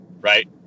right